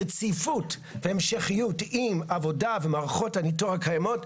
רציפות והמשכיות עם עבודה ומערכות הניתור הקיימות,